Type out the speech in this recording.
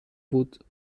بود